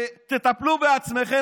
תטפלו בעצמכם,